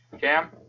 Cam